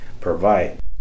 provide